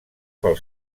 pel